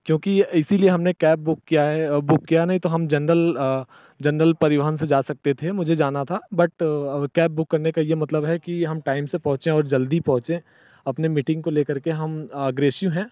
क्योंकि इसलिए हमने कैब बुक किया है बुक किया नहीं तो हम जेनरल जेनरल परिवहन से जा सकते थे मुझे जाना था बट अब कैब बुक करने का यह मतलब है कि हम टाइम से पहुँचे और जल्दी पहुँचे अपने मीटिंग को लेकर के हम अग्रेसिव हैं